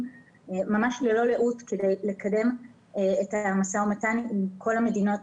ממש ללא לאות כדי לקדם את המשא ומתן עם כל המדינות